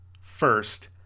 first